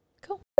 Cool